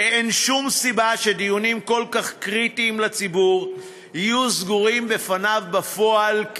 ואין שום סיבה שדיונים כל כך קריטיים לציבור יהיו סגורים בפניו בפועל,